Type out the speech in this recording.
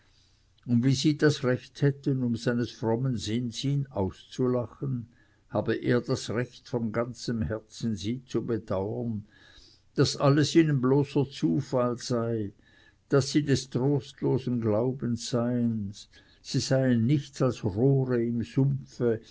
und wie sie das recht hätten um seines frommen sinns ihn auszulachen habe er das recht von ganzem herzen sie zu bedauern daß alles ihnen bloßer zufall sei daß sie des trostlosen glaubens seien sie seien nichts als rohre im sumpfe